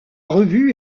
revue